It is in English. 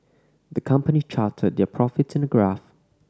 the company charted their profits in a graph